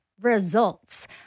results